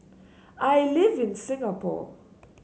I live in Singapore